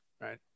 right